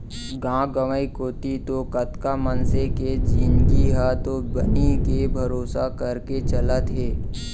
गांव गंवई कोती तो कतका मनसे के जिनगी ह तो बनी के भरोसा करके चलत हे